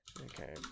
Okay